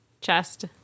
chest